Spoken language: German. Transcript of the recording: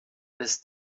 ist